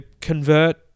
convert